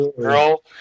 girl